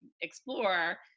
explore